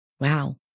Wow